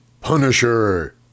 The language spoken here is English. punisher